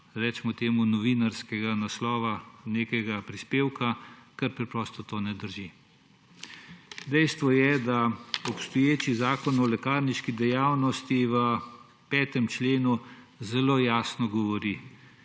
rečem temu, novinarskega naslova nekega prispevka, ker preprosto to ne drži. Dejstvo je, da obstoječi Zakon o lekarniški dejavnosti v 5. členu zelo jasno govori: